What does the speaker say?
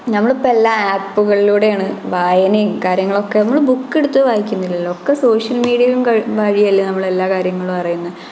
നമ്മളിപ്പോൾ എല്ലാം ആപ്പുകളിലൂടെയാണ് വായനയും കാര്യങ്ങളുമൊക്കെ നമ്മൾ ബുക്ക് എടുത്തു വായിക്കുന്നില്ലല്ലോ ഒക്കെ സോഷ്യല് മീഡിയകള് വഴിയല്ലേ നമ്മള് എല്ലാ കാര്യങ്ങളും അറിയുന്നത്